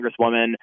Congresswoman